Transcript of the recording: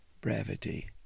brevity